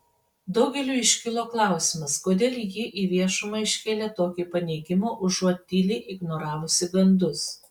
daugeliui iškilo klausimas kodėl ji į viešumą iškėlė tokį paneigimą užuot tyliai ignoravusi gandus